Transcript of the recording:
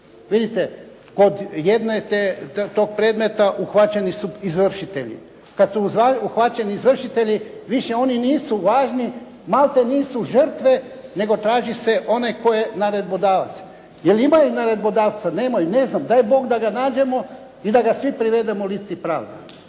Vidite kod jednog tog predmeta uhvaćeni su izvršitelji. Kada su uhvaćeni izvršitelji više oni nisu važni, maltene su žrtve nego traži se onaj tko je naredbodavac. Jel' imaju naredbodavca? Nemaju? Ne znam, daj Bog da ga nađemo i da ga svi privedemo licu pravde.